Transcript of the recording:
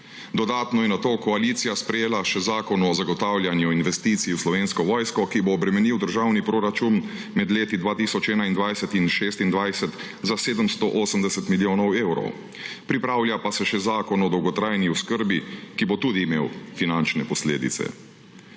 Dodatno je nato koalicija sprejela še Zakon o zagotavljanju investicij v Slovenski vojski v letih 2021 do 2026, ki bo obremenil državni proračun med leti 2021 in 2026 za 780 milijonov evrov, pripravlja pa se še zakon o dolgotrajni oskrbi, ki bo tudi imel finančne posledice.